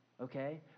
Okay